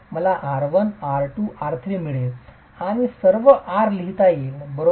मला r1 r2 r3 मिळेल आणि सर्व r लिहिता येईल बरोबर